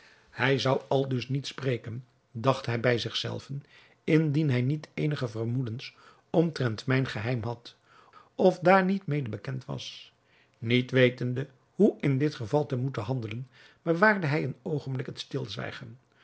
hij zou aldus niet spreken dacht hij bij zich zelven indien hij niet eenige vermoedens omtrent mijn geheim had of daar niet mede bekend was niet wetende hoe in dit geval te moeten handelen bewaarde hij een oogenblik het